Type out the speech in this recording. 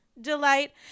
delight